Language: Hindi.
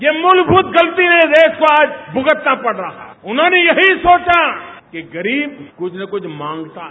यह मूलभूत गलती से देश को आज जो भुगतना पड़ रहा है उन्होंने यही सोचा गरीब कुछ न कुछ मांगता है